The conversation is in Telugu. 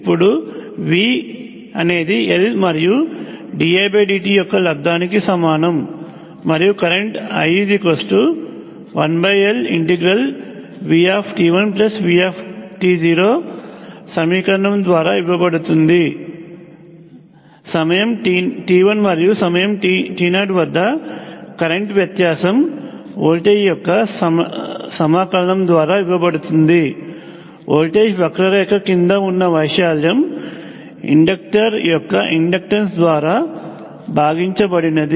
ఇప్పుడు V అనేది L మరియు didt యొక్క లబ్ధానికి సమానం మరియు కరెంట్ I1LVt1Vt0 సమీకరణం ద్వారా ఇవ్వబడుతుంది సమయం t1 మరియు సమయం t0 వద్ద కరెంట్ వ్యత్యాసం వోల్టేజ్ యొక్క సమాకలనం ద్వారా ఇవ్వబడుతుంది వోల్టేజ్ వక్రరేఖ క్రింద ఉన్న వైశాల్యం ఇండక్టర్ యొక్క ఇండక్టన్స్ ద్వారా భాగించబడినది